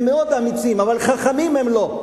הם מאוד אמיצים, אבל חכמים הם לא.